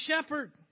shepherd